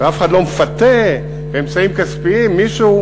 ואף אחד לא מפתה באמצעים כספיים מישהו,